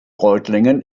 reutlingen